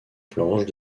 planches